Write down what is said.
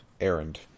Errand